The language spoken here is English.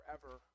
forever